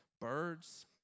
birds